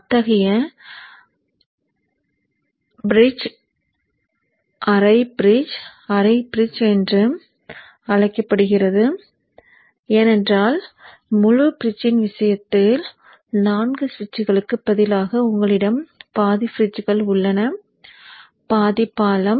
அத்தகைய பிரிட்ஜ் அரை பிரிட்ஜ் அரை பிரிட்ஜ் என்று அழைக்கப்படுகிறது ஏனென்றால் முழு பிரிட்ஜ்ன் விஷயத்தில் 4 சுவிட்சுகளுக்கு பதிலாக உங்களிடம் பாதி பிரிட்ஜ்கள் உள்ளன பாதி பாலம்